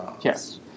yes